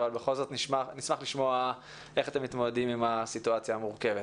אבל בכל זאת נשמח לשמוע איך אתם מתמודדים עם הסיטואציה המורכבת.